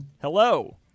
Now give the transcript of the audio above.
hello